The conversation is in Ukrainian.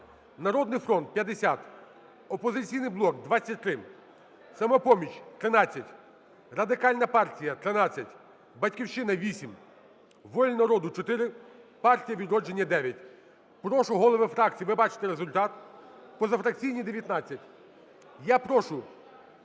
"Народний фронт" – 50, "Опозиційний блок" – 23, "Самопоміч" – 13, Радикальна партія – 13, "Батьківщина" – 8, "Воля народу" – 4, Партія "Відродження" – 9. Прошу, голови фракцій, ви бачите результат. Позафракційні – 19.